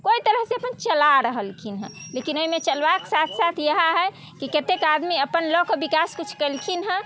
कोय तरह से अपन चला रहलखिन हँ लेकिन एहिमे चलबाके साथ साथ इएह हइ कि कतेक आदमी अपन लऽके विकास किछु केलखिन हँ